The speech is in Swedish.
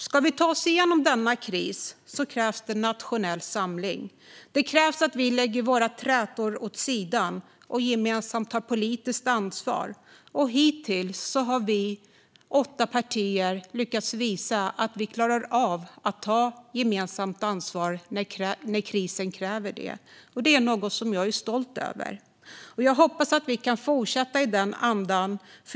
Ska vi ta oss igenom denna kris krävs nationell samling. Det krävs att vi lägger våra trätor åt sidan och gemensamt tar politiskt ansvar. Hittills har vi åtta partier lyckats visa att vi klarar av att ta gemensamt ansvar när krisen kräver det, och det är jag stolt över. Jag hoppas vi kan fortsätta i den andan.